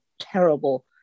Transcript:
terrible